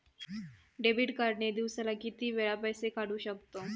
Debit card ने दिवसाला किती वेळा पैसे काढू शकतव?